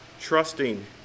trusting